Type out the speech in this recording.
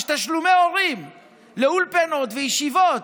יש תשלומי הורים לאולפנות וישיבות.